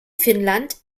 finnland